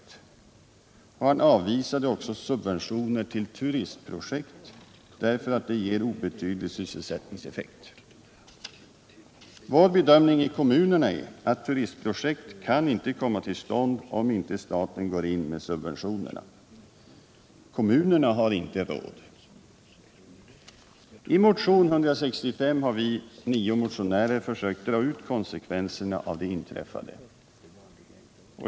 15 december 1977 Han avvisade också subventioner till turistprojekt därför att de ger obe tydlig sysselsättningseffekt. Vår bedömning i kommunerna är att tu — Den fysiska ristprojekt inte kan komma till stånd om inte staten går in med sub = riksplaneringen för ventioner. Kommunerna har inte råd. vattendrag i norra I motionen 165 har vi nio motionärer försökt dra ut konsekvenserna — Svealand och av det inträffade.